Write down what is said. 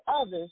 others